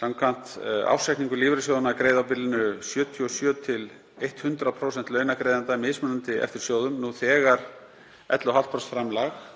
Samkvæmt ársreikningum lífeyrissjóðanna greiða á bilinu 77–100% launagreiðenda, mismunandi eftir sjóðum, nú þegar 11,5% framlag.